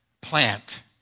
plant